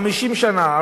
50 שנה,